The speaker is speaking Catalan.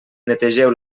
netegeu